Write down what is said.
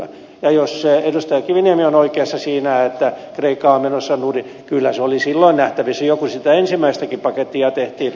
ja jos edustaja kiviniemi on oikeassa siinä että kreikka on menossa nurin niin kyllä se oli silloin nähtävissä jo kun sitä ensimmäistäkin pakettia tehtiin